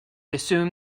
assume